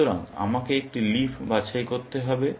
সুতরাং আমাকে একটি লিফ বাছাই করতে হবে